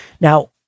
Now